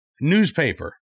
newspaper